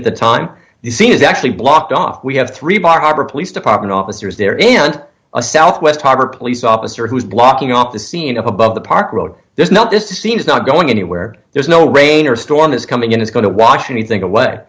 at the time the scene is actually blocked off we have three bar harbor police department officers there and a southwest harbor police officer who's blocking off the scene of above the park road there's not this scene is not going anywhere there's no rain or storm is coming in is going to watch anything away